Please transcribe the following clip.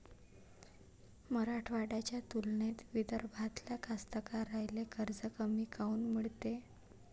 मराठवाड्याच्या तुलनेत विदर्भातल्या कास्तकाराइले कर्ज कमी काऊन मिळते?